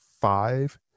five